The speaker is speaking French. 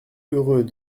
heureux